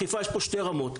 אכיפה, יש פה שתי רמות.